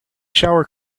shower